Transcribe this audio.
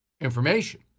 information